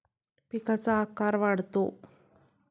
पिकांचा आकार वाढतो